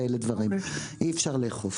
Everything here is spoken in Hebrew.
אי אפשר לאכוף.